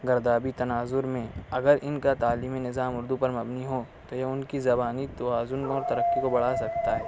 گردابی تناظر میں اگر ان کا تعلیمی نظام اردو پر مبنی ہو تو ان کی زبانی توازن اور ترقی کو بڑھا سکتا ہے